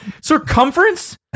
Circumference